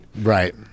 Right